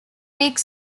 rick